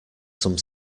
some